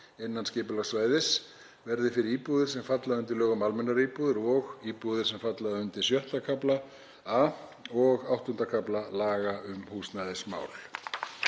innan skipulagssvæðis fyrir íbúðir sem falla undir lög um almennar íbúðir og íbúðir sem falla undir VI. kafla A og VIII. kafla laga um húsnæðismál.